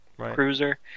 cruiser